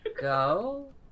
go